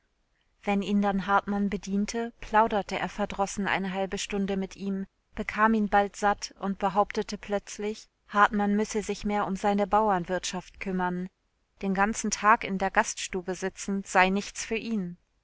wenn ihn dann hartmann bediente plauderte er verdrossen eine halbe stunde mit ihm bekam ihn bald satt und behauptete plötzlich hartmann müsse sich mehr um seine bauernwirtschaft kümmern den ganzen tag in der gaststube sitzen sei nichts für ihn